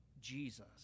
Jesus